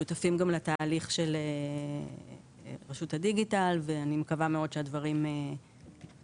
שותפים גם לתהליך של רשות הדיגיטל ואני מקווה מאוד שהדברים יתקדמו.